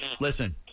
Listen